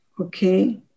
Okay